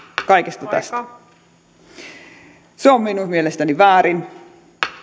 kaikesta tästä se on minun mielestäni väärin